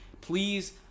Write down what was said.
Please